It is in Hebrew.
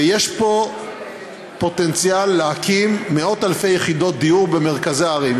ויש פה פוטנציאל של הקמת מאות-אלפי יחידות דיור במרכזי הערים.